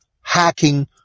hacking